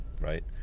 Right